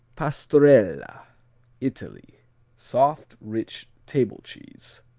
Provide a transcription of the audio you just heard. pastorella italy soft, rich table cheese.